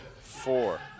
four